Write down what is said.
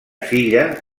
filla